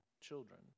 children